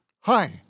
Hi